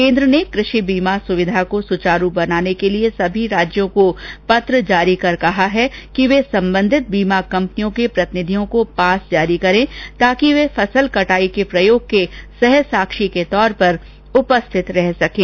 केन्द्र ने कृषि बीमा सुविधा को सुचारू बनाने के लिए सभी राज्यों को पत्र जारी कर कहा है कि वे संबंधित बीमा कंपनियों के प्रतिनिधियों को पास जारी करें ताकि वे फसल कटाई प्रयोग के सहसाक्षी के तौर पर उपस्थित रह सकें